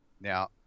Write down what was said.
Now